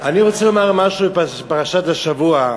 אני רוצה לומר משהו מפרשת השבוע.